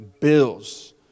bills